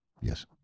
yes